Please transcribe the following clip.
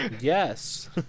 Yes